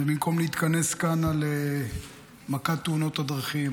ובמקום להתכנס כאן על מכת תאונות הדרכים,